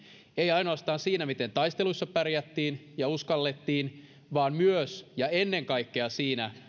ei ainoastaan siinä miten taisteluissa pärjättiin ja uskallettiin vaan myös ja ennen kaikkea siinä